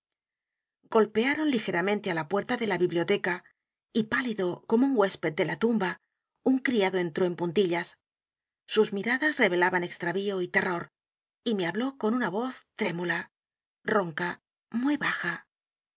golpearon ligeramente á la puerta de la biblioteca y pálido como un huésped de la tumba un criado entró en puntillas sus miradas revelaban extravío y terror y me habló con una voz trémula ronca y muy baja